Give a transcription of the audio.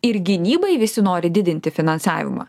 ir gynybai visi nori didinti finansavimą